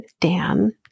Dan